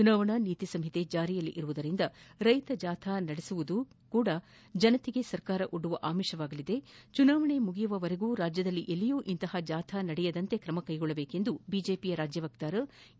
ಚುನಾವಣಾ ನೀತಿ ಸಂಹಿತೆ ಜಾರಿಯಲ್ಲಿರುವುದರಿಂದ ರೈತ ಜಾಥಾ ನಡೆಸುವುದೂ ಸಹ ಜನತೆಗೆ ಸರ್ಕಾರವೊಡ್ಡಿದ ಆಮಿಷವಾಗಲಿದ್ದು ಚುನಾವಣೆ ಮುಗಿಯುವವರೆಗೂ ರಾಜ್ಯದಲ್ಲಿ ಎಲ್ಲಿಯೂ ಇಂತಪ ಜಾಥಾ ನಡೆಯದಂತೆ ಕ್ರಮ ಕೈಗೊಳ್ಳುವಂತೆ ಬಿಜೆಪಿ ರಾಜ್ಯ ವಕ್ತಾರ ಎ